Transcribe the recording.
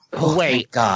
Wait